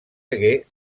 hagué